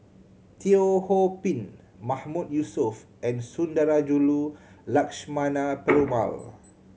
Teo Ho Pin Mahmood Yusof and Sundarajulu Lakshmana Perumal